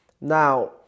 now